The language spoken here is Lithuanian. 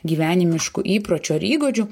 gyvenimiškų įpročių ar įgūdžių